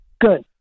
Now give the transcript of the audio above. Good